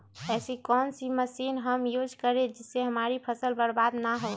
ऐसी कौन सी मशीन हम यूज करें जिससे हमारी फसल बर्बाद ना हो?